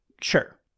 Sure